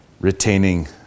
retaining